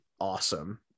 awesome